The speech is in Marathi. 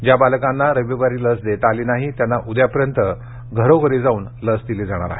ज्या बालकांना रविवारी लस देता आली नाही त्यांना उद्यापर्यंत घरोघरी जाऊन लस दिली जाणार आहे